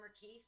Keith